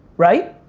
right?